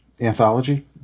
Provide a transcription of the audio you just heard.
anthology